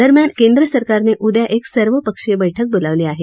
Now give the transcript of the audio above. दरम्यान केंद्र सरकारनं उद्या एक सर्वपक्षीय बैठक बोलावली आहे